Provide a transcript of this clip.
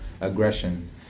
aggression